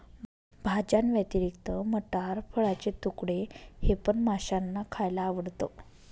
भाज्यांव्यतिरिक्त मटार, फळाचे तुकडे हे पण माशांना खायला आवडतं